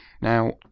Now